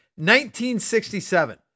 1967